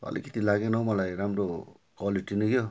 अलिकिति लागेन हो मलाई राम्रो क्वालिटी नै यो